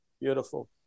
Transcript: Beautiful